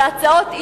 בהצעות אי-אמון.